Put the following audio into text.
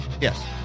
Yes